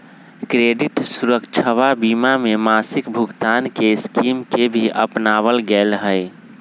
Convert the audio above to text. credit सुरक्षवा बीमा में मासिक भुगतान के स्कीम के भी अपनावल गैले है